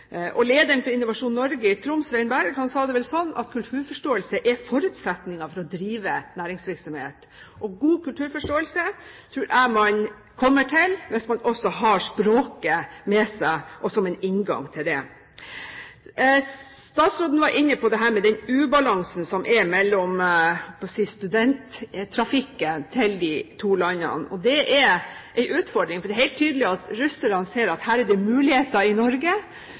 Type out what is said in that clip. Lederen for Innovasjon Norge i Troms, Svein Berg, sa det sånn at kulturforståelse er forutsetningen for å drive næringsvirksomhet. God kulturforståelse tror jeg man kommer til hvis man også har språket med seg som en inngang til det. Statsråden var inne på dette med den ubalansen som er på studenttrafikken mellom de to landene. Det er en utfordring. Det er helt tydelig at russerne ser at her er det muligheter i Norge,